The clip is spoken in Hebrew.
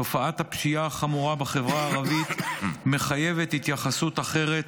תופעת הפשיעה החמורה בחברה הערבית מחייבת התייחסות אחרת,